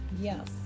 Yes